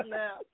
now